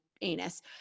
anus